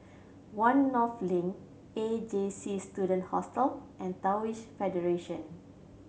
One North Link A J C Student Hostel and Taoist Federation